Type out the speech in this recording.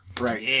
Right